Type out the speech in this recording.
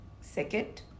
Second